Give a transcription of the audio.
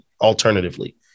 alternatively